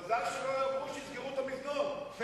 מזל שלא אמרו שיסגרו את המזנון.